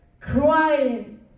crying